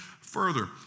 further